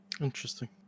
Interesting